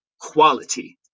quality